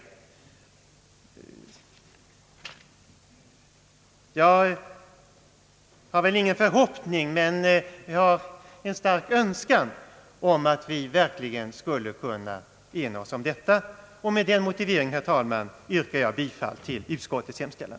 Jag har ingen förhoppning men jag har en stark önskan att vi verkligen skulle kunna ena oss om detta. Med den motiveringen, herr talman, yrkar jag bifall till utskottets hemställan.